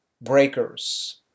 breakers